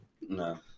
No